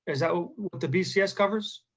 is that what the bcs covers?